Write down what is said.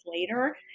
later